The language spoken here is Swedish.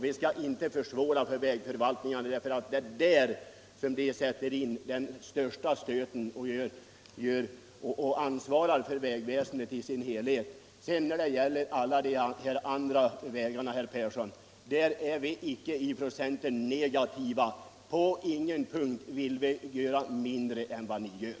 Vi skall inte försvåra arbetet för vägförvaltningarna. De ansvarar ju för vägväsendet i sin helhet. När det sedan gäller alla de andra vägarna, herr Persson i Karlstad, så är vi från centerns sida icke negativa i något avseende: Vi vill på ingen punkt göra mindre än vad ni gör.